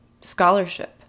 scholarship